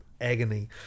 agony